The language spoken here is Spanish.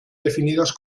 definidas